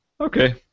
Okay